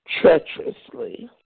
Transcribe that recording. treacherously